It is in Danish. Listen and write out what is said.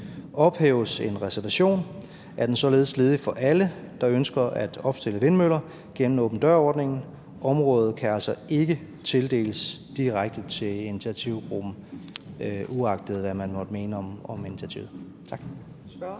Ophæves en reservation, er den således ledig for alle, der ønsker at opstille vindmøller gennem åben dør-ordningen. Området kan altså ikke tildeles direkte til initiativgruppen, uagtet hvad man måtte mene om initiativet. Tak.